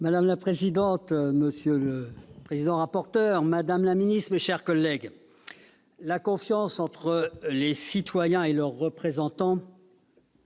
Madame la présidente, monsieur le président et rapporteur, madame la garde des sceaux, mes chers collègues, la confiance entre les citoyens et leurs représentants,